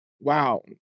Wow